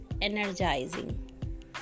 energizing